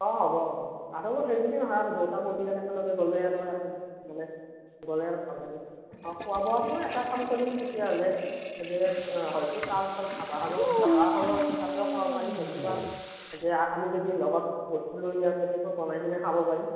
অ হ'ব হ'ব আৰু সেইবুলি নহয় আৰু দুয়োটা পৰিয়াল একেলগে গ'লে আৰু গ'লে আৰু ভাল লাগিব অ খোৱা বোৱাটো এটা কাম কৰিম তেতিয়াহ'লে হয়তো তাৰ ওচৰত ধাবাখনো ধাবা এখনো আছে তাতেও খাব পাৰিম নতুবা এতিয়া আমি যদি লগত বস্তু লৈ যাওঁ তেনেকৈও বনাই পিনে খাব পাৰিম